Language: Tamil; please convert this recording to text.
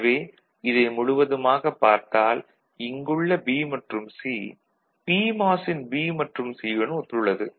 எனவே இதை முழுவதுமாகப் பார்த்தால் இங்குள்ள B மற்றும் C ஆனது பிமாஸ் ன் B மற்றும் C யுடன் ஒத்துள்ளது